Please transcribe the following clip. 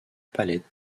palette